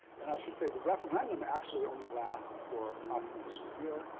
and i should say, the referendum actually only lasts for approximately a year,